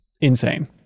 insane